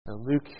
Luke